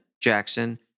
Jackson